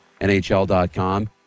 nhl.com